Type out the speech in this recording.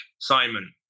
Simon